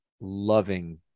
loving